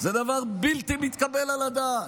זה דבר בלתי מתקבל על הדעת.